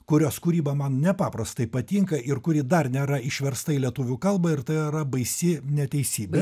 kurios kūryba man nepaprastai patinka ir kuri dar nėra išversta į lietuvių kalbą ir tai yra baisi neteisybė